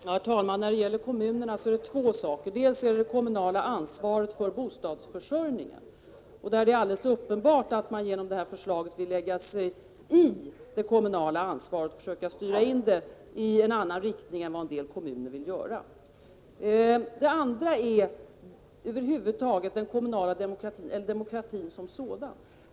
Herr talman! När det gäller kommunerna handlar det om två saker. För det första handlar det om det kommunala ansvaret för bostadsförsörjningen, där det är alldeles uppenbart att man genom detta förslag vill lägga sig i det kommunala ansvaret och försöka styra det i en annan riktning än vad vissa kommuner vill. För det andra handlar det om den kommunala demokratin som sådan.